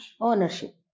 ownership